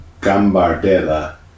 Gambardella